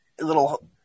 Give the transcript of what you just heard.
little